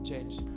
Change